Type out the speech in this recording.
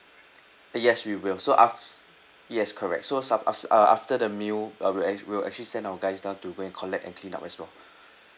yes we will so af~ yes correct so sa~ af~ s~ uh after the meal uh we will ac~ we will actually send our guys down to go and collect and clean up as well